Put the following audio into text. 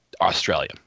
Australia